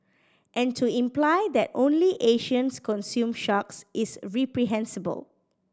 and to imply that only Asians consume sharks is reprehensible